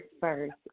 first